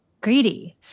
greedy